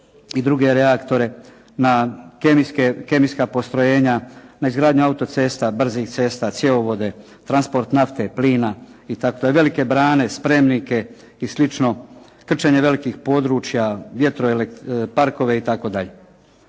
i druge reaktore, na kemijska postrojenja, na izgradnju autocesta, brzih cesta, cjevovode, transport nafte i tako. Te velike brane, spremnike i slično, krčenje velikih područja, vjetro parkove itd.